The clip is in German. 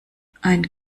ein